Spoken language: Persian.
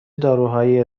داروهایی